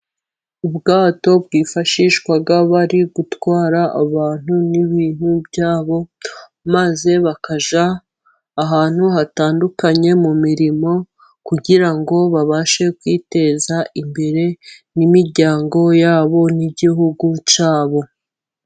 Ubwato bwifashishwa bari gutwara abantu n'ibintu byabo, maze bakajya ahantu hatandukanye mu mirimo kugira ngo babashe kwiteza imbere n'imiryango yabo n'igihugu cyabo.